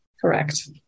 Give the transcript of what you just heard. Correct